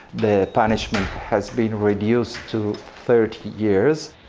the punishment has been reduced to thirty years.